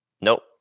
Nope